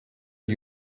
der